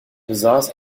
besaß